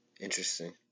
Interesting